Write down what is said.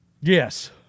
Yes